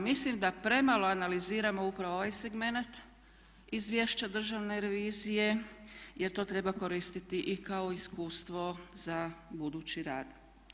Mislim da premalo analiziramo upravo ovaj segment izvješća državne revizije jer to treba koristiti i kao iskustvo za budući rad.